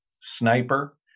sniper